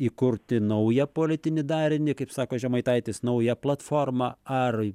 įkurti naują politinį darinį kaip sako žemaitaitis naują platformą ar